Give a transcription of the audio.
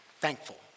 thankful